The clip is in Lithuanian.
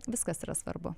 viskas yra svarbu